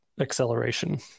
acceleration